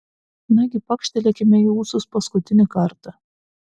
nagi pakštelėkime į ūsus paskutinį kartą